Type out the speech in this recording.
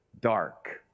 dark